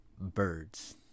birds